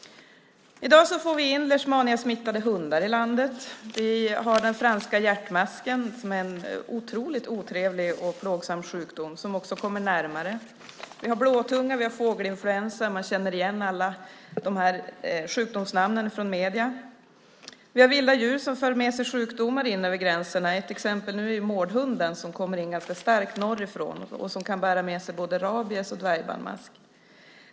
I dag får vi in leishmaniasmittade hundar i landet. Vi har den franska hjärtmasken, som ger en otroligt otrevlig och plågsam sjukdom, som också kommer närmare. Vi har blåtunga och fågelinfluensa. Man känner igen alla sjukdomsnamnen från medierna. Vi har vilda djur som för med sig sjukdomar in över gränserna. Ett exempel nu är mårdhunden som kommer in ganska starkt norrifrån och som kan bära med sig både rabies och dvärgbandmask.